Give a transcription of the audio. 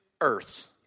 earth